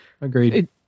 agreed